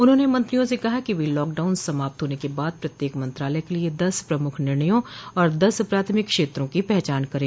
उन्होंने मंत्रियों से कहा कि वे लॉकडाउन समाप्त होने के बाद प्रत्येक मंत्रालय के लिये दस प्रमुख निर्णयों और दस प्राथमिक क्षेत्रों की पहचान करें